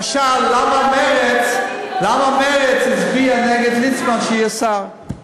למשל, למה מרצ הצביעה נגד ליצמן, שיהיה שר?